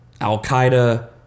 Al-Qaeda